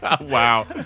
Wow